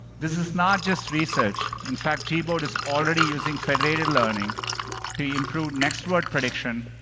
this is not just research. in fact, gboard is already using federated learning to improve next word prediction,